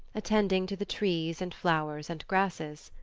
attending to the trees and flowers and grasses.